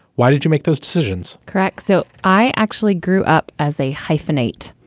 why did you make those decisions? correct. so i actually grew up as a hyphenate.